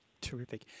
Terrific